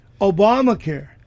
Obamacare